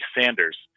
Sanders